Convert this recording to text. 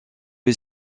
est